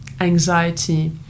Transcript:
anxiety